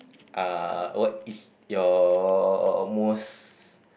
uh what is your most